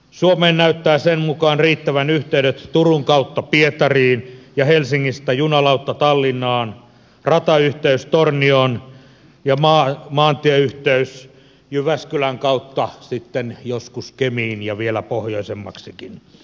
suomelle näyttävät sen mukaan riittävän yhteydet turun kautta pietariin ja helsingistä junalautta tallinnaan ratayhteys tornioon ja maantieyhteys jyväskylän kautta sitten joskus kemiin ja vielä pohjoisemmaksikin